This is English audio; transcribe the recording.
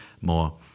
more